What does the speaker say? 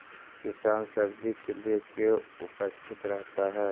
किसान सब्जी के लिए क्यों उपस्थित रहता है?